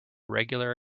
regular